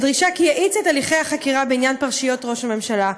בדרישה שיאיץ את הליכי החקירה בעניין פרשיות ראש הממשלה.